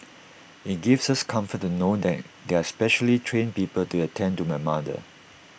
IT gives us comfort to know that there are specially trained people to attend to my mother